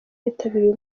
bitabiriye